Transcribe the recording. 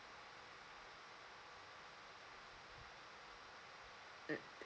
mm